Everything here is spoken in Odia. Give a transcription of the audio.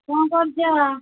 କ'ଣ କରୁଛ